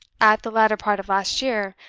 at the latter part of last year,